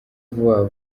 vuba